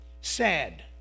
Sad